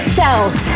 cells